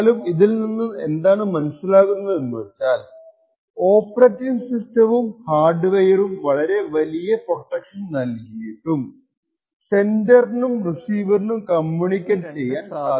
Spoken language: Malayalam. എന്നാലും ഇതിൽനിന്ന് എന്താണ് മനസ്സിലാകുന്നതെന്നു വച്ചാൽ ഓപ്പറേറ്റിംഗ് സിസ്റ്റവും ഹാർഡ് വെയറും വളരെ വലിയ പ്രൊട്ടക്ഷൻ നൽകിയിട്ടും സെൻഡർക്കും റിസീവറിനും കമ്മ്യൂണിക്കേറ്റ് ചെയ്യാൻ സാധിച്ചു